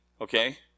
okay